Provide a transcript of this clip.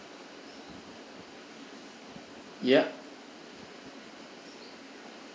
ya